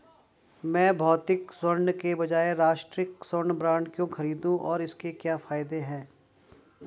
मैं भौतिक स्वर्ण के बजाय राष्ट्रिक स्वर्ण बॉन्ड क्यों खरीदूं और इसके क्या फायदे हैं?